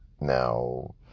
now